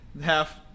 half